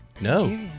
No